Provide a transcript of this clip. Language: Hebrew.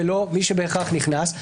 ולא מי שבהכרח נכנס.